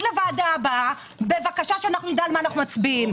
לישיבת הוועדה הבאה כדי שנדע על מה אנחנו מצביעים.